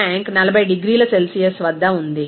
tank 40 డిగ్రీల Celsius వద్ద ఉంది